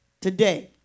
Today